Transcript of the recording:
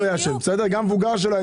לא יעשן וגם שמבוגר לא יעשן.